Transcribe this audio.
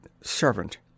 Servant